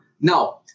Now